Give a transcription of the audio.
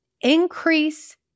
increase